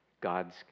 God's